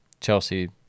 Chelsea